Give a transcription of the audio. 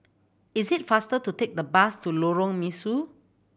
is it faster to take the bus to Lorong Mesu